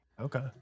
Okay